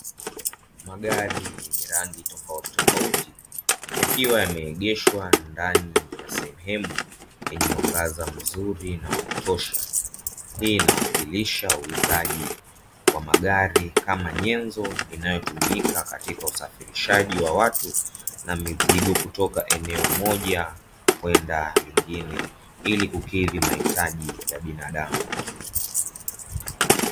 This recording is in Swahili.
Magari yenye rangi tofautitofauti yakiwa yameegeshwa ndani ya sehemu yenye mwangaza mzuri na wa kutosha. Hii inawakilisha uuzaji wa magari kama nyenzo inayotumika katika usafirishaji wa watu na mizigo kutoka eneo moja kwenda jingine, ili kukidhi mahitaji ya binadamu.